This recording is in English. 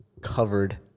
covered